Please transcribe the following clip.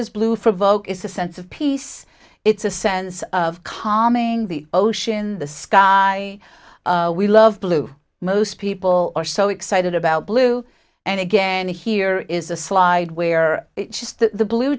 is blue for vogue is a sense of peace it's a sense of calming the ocean the sky we love blue most people are so excited about blue and again here is a slide where just the blue